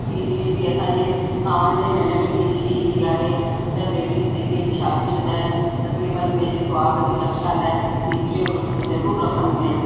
टीजिड़ी बि असांजे सावण जे महीने में टीजिड़ी ईंदी आहे त लेडीज़ जेके बि शादी शुदा आहिनि तक़रीबनि पंहिंजे सुहाॻ जी रक्षा लाइ टीजिड़ी जो व्रित ज़रूरु रखंदियूं आहिनि